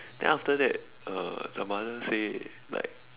then after that uh the mother say like